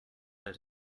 her